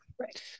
Right